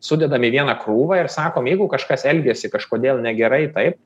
sudedam į vieną krūvą ir sakom jeigu kažkas elgiasi kažkodėl negerai taip